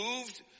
moved